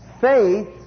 faith